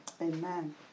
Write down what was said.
Amen